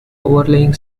overlying